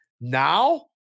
Now